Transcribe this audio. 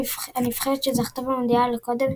הנבחרת שזכתה במונדיאל הקודם